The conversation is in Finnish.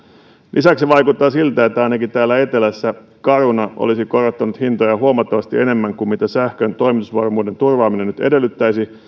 lisäksi vaikuttaa siltä että ainakin täällä etelässä caruna olisi korottanut hintoja huomattavasti enemmän kuin mitä sähkön toimitusvarmuuden turvaaminen edellyttäisi